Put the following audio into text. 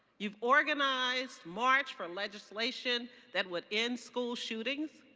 you've organized march for legislation that would end school shootings,